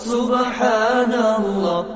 Subhanallah